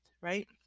right